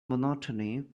monotony